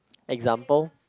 example